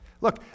Look